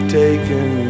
taken